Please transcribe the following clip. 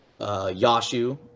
Yashu